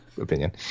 opinion